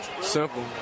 Simple